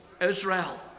Israel